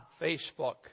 Facebook